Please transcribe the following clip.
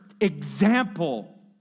example